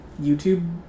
YouTube